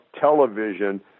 television